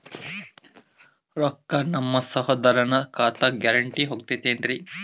ರೊಕ್ಕ ನಮ್ಮಸಹೋದರನ ಖಾತಕ್ಕ ಗ್ಯಾರಂಟಿ ಹೊಗುತೇನ್ರಿ?